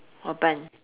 open